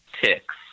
ticks